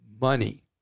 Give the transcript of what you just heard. money